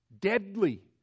Deadly